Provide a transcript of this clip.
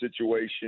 situation